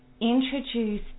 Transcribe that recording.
introduce